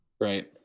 right